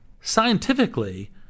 Scientifically